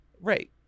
Right